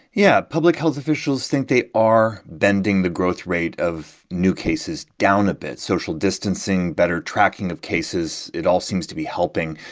yeah, public health officials think they are bending the growth rate of new cases down a bit. social distancing, better tracking of cases it all seems to be helping.